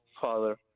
Father